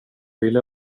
ville